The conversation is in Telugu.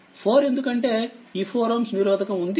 4ఎందుకంటే ఈ4Ωనిరోధకము ఉంది కనుక